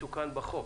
יתוקן בחוק,